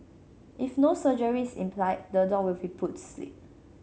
if no surgery is implied the dog will be put sleep